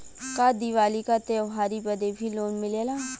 का दिवाली का त्योहारी बदे भी लोन मिलेला?